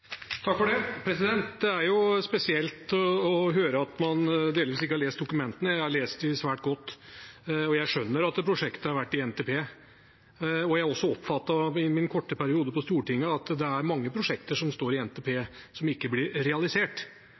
dokumentene. Jeg har lest dem svært godt. Jeg skjønner at prosjektet har vært i NTP, og jeg har også oppfattet i løpet av min korte periode på Stortinget at det er mange prosjekter som står i NTP, som ikke blir realisert.